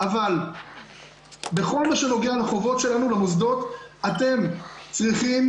אבל בכל מה שנוגע לחובות שלנו למוסדות אתם צריכים